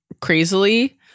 crazily